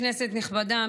כנסת נכבדה,